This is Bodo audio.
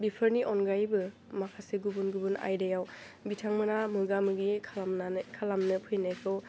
बिफोरनि अनगायैबो माखासे गुबुन गुबन आयदायाव बिथांमोना मोगा मोगि खालामनानै खालामनो फैनायखौ